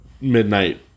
midnight